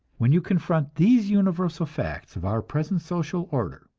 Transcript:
when you confront these universal facts of our present social order,